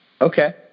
Okay